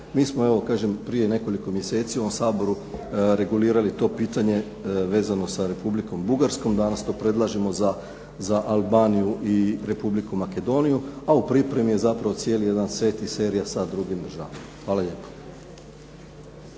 kažem prije nekoliko mjeseci u ovom Saboru regulirali to pitanje vezano sa Republikom Bugarskom. Danas to predlažemo za Albaniju i Republiku Makedoniju. A u pripremi je zapravo cijeli jedan set i serija sa drugim državama. Hvala lijepo.